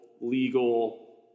legal